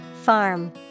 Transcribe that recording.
Farm